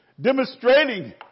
demonstrating